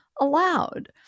allowed